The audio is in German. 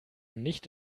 nicht